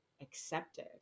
accepted